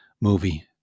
movie